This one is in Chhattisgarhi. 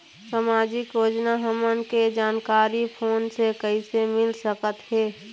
सामाजिक योजना हमन के जानकारी फोन से कइसे मिल सकत हे?